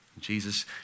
Jesus